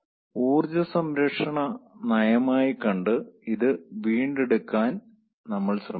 ഊർജ്ജ സംരക്ഷണ നയമായി കണ്ട് ഇത് വീണ്ടെടുക്കാൻ നമ്മൾ ശ്രമിക്കുന്നു